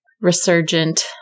resurgent